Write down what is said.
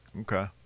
Okay